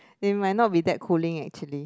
they might not be that cooling actually